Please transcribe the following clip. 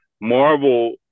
Marvel